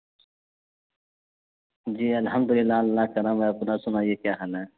جی الحمد للہ اللہ کرم ہے اپنا سنائیے کیا حال ہے